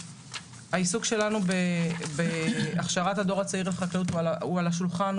העיסוק שלנו בהכשרת הדור הצעיר לחקלאות הוא על השולחן,